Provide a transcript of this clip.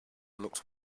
looked